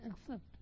accept